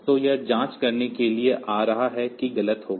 तो यह जाँच करने के लिए आ रहा है कि गलत होगा